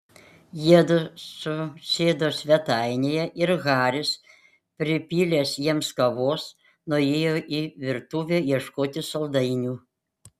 jiedu susėdo svetainėje ir haris pripylęs jiems kavos nuėjo į virtuvę ieškoti saldainių